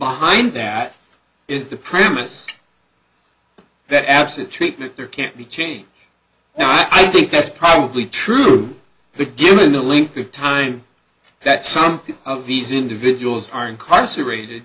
behind that is the premise that absent treatment there can't be changed and i think that's probably true but given the length of time that some of these individuals are incarcerated